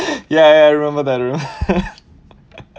ya ya I remember that